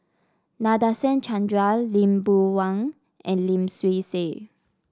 Nadasen Chandra Lee Boon Wang and Lim Swee Say